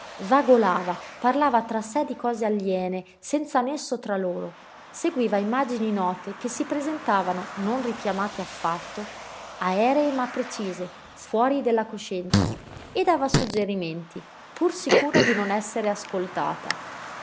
vagolava parlava tra sé di cose aliene senza nesso tra loro seguiva immagini note che si presentavano non richiamate affatto aeree ma precise fuori della coscienza e dava suggerimenti pur sicura di non essere ascoltata